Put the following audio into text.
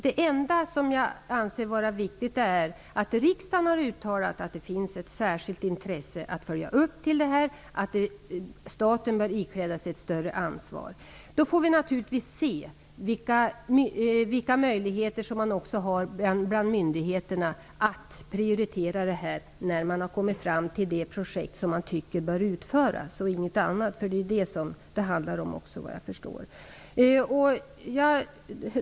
Det enda som jag anser vara viktigt är att riksdagen har uttalat att det finns ett särskilt intresse av att följa upp det här och att staten bör ikläda sig ett större ansvar. Då får vi naturligtvis se vilka möjligheter myndigheterna har att prioritera det här när man har kommit fram till vilket projekt man tycker bör utföras. Såvitt jag förstår handlar det också om sådana frågor.